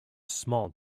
small